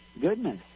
goodness